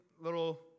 little